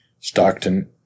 Stockton